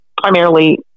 primarily